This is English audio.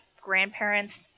grandparents